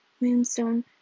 moonstone